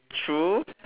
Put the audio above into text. true